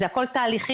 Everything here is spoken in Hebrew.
זה הכל תהליכים,